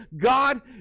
God